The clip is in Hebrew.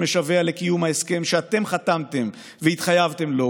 שמשווע לקיום ההסכם שאתם חתמתם והתחייבתם לו,